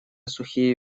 сухие